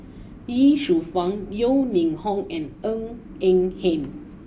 Ye Shufang Yeo Ning Hong and Ng Eng Hen